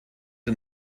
der